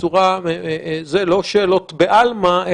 לא שאלות בעלמא,